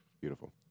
Beautiful